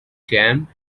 jam